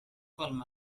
palmer